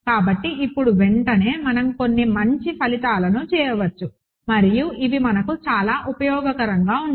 కాబట్టి ఇప్పుడు వెంటనే మనం కొన్ని మంచి ఫలితాలు చేయవచ్చు మరియు ఇవి మనకు చాలా ఉపయోగకరంగా ఉంటాయి